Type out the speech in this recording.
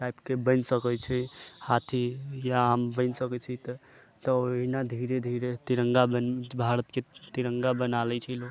टाइपके बनि सकै छै हाथी या आम बनि सकै छै तऽ ओहिना धीरे धीरे तिरङ्गा भारतके तिरङ्गा बना लै छै लोक